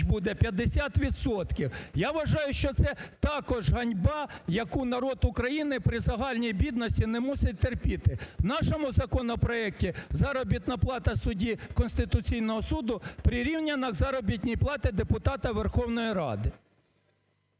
відсотків. Я вважаю, що це також ганьба, яку народ України при загальній бідності не мусить терпіти. В нашому законопроекті заробітна плата судді Конституційного Суду прирівняна до заробітної плати депутата Верховної Ради.